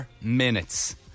minutes